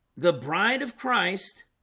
the bride of christ